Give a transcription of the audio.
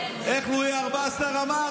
איך לואי ה-14 אמר?